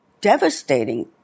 devastating